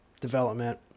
development